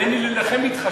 אני נודניק,